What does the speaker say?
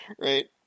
right